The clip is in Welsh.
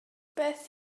beth